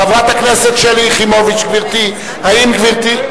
חברת הכנסת שלי יחימוביץ, האם גברתי,